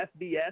FBS